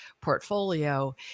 portfolio